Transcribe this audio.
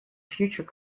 future